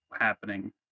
happening